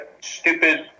stupid